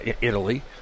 Italy